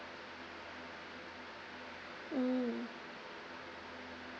mm